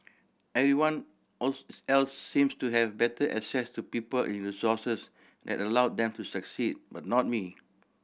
everyone else seems to have better access to people and resources that allowed them to succeed but not me